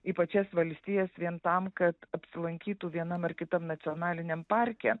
į pačias valstijas vien tam kad apsilankytų vienam ar kitam nacionaliniam parke